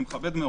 שאני מכבד מאוד,